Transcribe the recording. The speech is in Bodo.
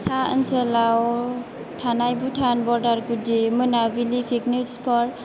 सा ओनसोलाव थानाय भुटान बरदार गुदि मोनाबिलि पिकनिक स्पट